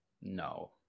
No